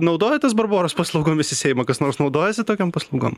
naudojatės barboros paslaugomis į seimą kas nors naudojasi tokiom paslaugom